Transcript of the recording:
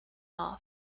off